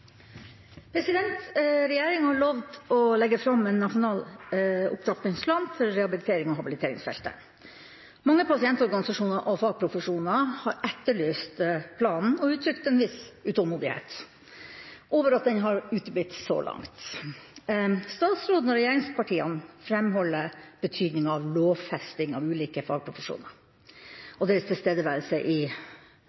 Regjeringa har lovet å legge fram en nasjonal opptrappingsplan for rehabiliterings- og habiliteringsfeltet. Mange pasientorganisasjoner og fagprofesjoner har etterlyst planen og uttrykt en viss utålmodighet over at den har uteblitt, så langt. Statsråden og regjeringspartiene framholder betydningen av lovfesting av ulike fagprofesjoner